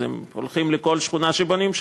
אז הם הולכים לכל שכונה שבונים בה,